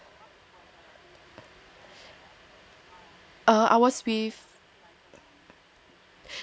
err I was with